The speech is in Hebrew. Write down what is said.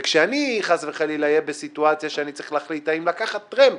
וכשאני אהיה בסיטואציה חס וחלילה שאני צריך להחליט האם לקחת טרמפ,